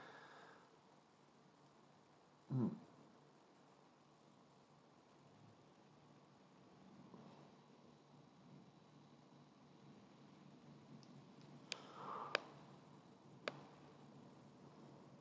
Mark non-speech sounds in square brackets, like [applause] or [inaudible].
[breath] mm [breath]